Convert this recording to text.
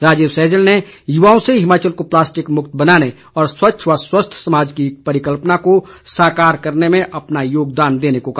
राजीव सहजल ने युवाओं से हिमाचल को प्लास्टिक मुक्त बनाने और स्वच्छ व स्वस्थ समाज की परिकल्पना को साकार करने में अपना योगदान देने को कहा